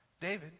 David